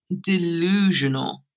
delusional